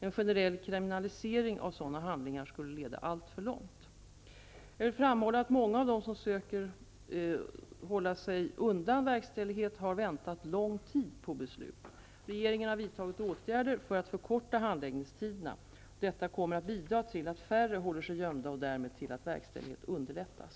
En generell kriminalisering av sådana handlingar skulle leda alltför långt. Jag vill framhålla att många av dem spm söker hålla sig undan verkställighet ha väntat lång tid på beslut. Regeringen har vidtagit åtgärder för att förkorta handläggningstiderna. Detta kommer att bidra till att färre håller sig gömda och därmed till att verkställighet underlättas.